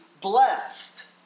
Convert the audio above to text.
blessed